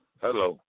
Hello